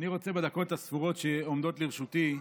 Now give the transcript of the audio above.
אני רוצה בדקות הספורות שעומדות לרשותי,